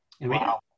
Wow